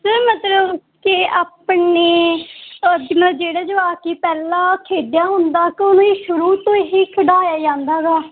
sir ਮਤਲਬ ਕਿ ਆਪਣੇ ਓਡੀਨਲ ਜਿਹੜਾ ਜਵਾਕ ਹੀ ਪਹਿਲਾਂ ਖੇਡਿਆਂ ਹੁੰਦਾ ਕਿ ਉਹਨੂੰ ਈ ਸ਼ੁਰੂ ਤੋਂ ਹੀ ਖਿਡਾਇਆ ਜਾਂਦਾ ਗਾ